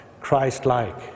Christ-like